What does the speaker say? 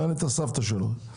מעניין את הסבתא שלו,